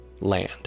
land